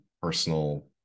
personal